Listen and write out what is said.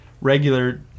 regular